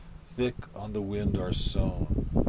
thick on the wind are sown